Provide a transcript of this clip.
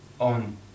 on